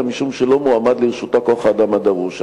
משום שלא מועמד לרשותה כוח-האדם הדרוש.